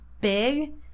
big